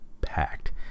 packed